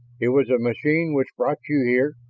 it was a machine which brought you here,